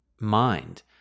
mind